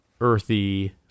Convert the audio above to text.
earthy